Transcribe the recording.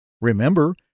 Remember